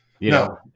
No